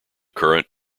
current